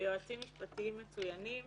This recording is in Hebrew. ביועצים משפטיים מצוינים